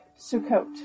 Sukkot